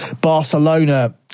Barcelona